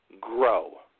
grow